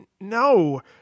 no